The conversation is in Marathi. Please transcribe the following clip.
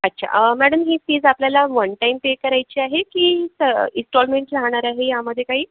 अच्छा मॅडम ही फीज आपल्याला वन टाईम पे करायची आहे की स इस्टॉलमेट राहणार आहे यामध्ये काही